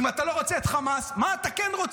אם אתה לא רוצה את חמאס, מה אתה כן רוצה?